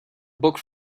book